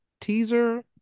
teaser